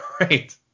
Right